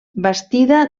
bastida